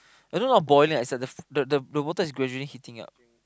I know not boiling is like the the the the water is gradually heating up